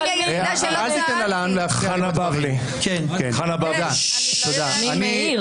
אני שמח על הדיון הזה כי הוא שירת הברבור של הבטלן שיושב פה משמאלי.